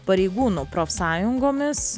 pareigūnų profsąjungomis